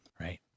Right